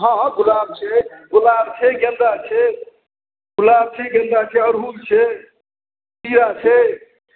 हँ हँ गुलाब छै गुलाब छै गेन्दा छै गुलाब छै गेन्दा छै अड़हुल छै तीरा छै